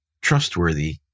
trustworthy